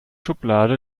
schublade